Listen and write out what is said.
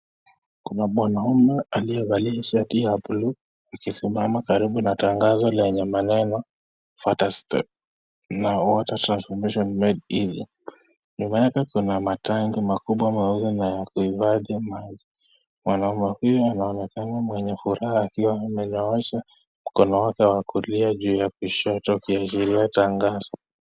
Kuna mwanaume aliye valia shati ya buluu akisimama karibu na tangazo yenye maneno what step, water transformation made easier . Nyuma yake kuna matangi makubwa mawili na ya kuhifadhi maji. Mwanaume huyu anaonekana mwenye furaha akiwa ameoshwa osha mkono wake wa kulia juu ya kushoto akiashiria juu ya tangazo.